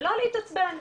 ולא להתעצבן,